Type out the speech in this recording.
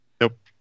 Nope